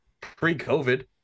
pre-covid